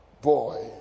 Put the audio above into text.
Boy